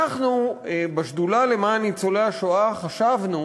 אנחנו בשדולה למען ניצולי השואה חשבנו